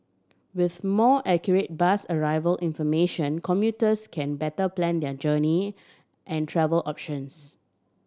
with more accurate bus arrival information commuters can better plan their journey and travel options